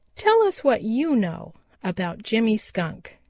tell us what you know about jimmy skunk.